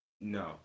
No